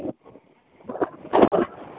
ஆ